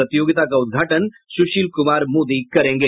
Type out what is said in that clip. प्रतियोगिता का उद्घाटन सुशील कुमार मोदी करेंगे